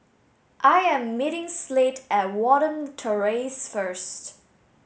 I am meeting Slade at Watten Terrace first